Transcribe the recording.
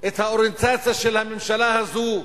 את האוריינטציה של הממשלה הזאת,